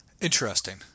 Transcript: Interesting